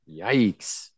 Yikes